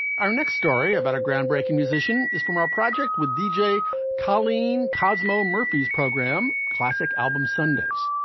our next story about a groundbreaking musician is from our project with deejay colleen kosmo, murphy's program, classic album sundaes.